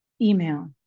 Email